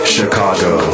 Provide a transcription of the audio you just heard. Chicago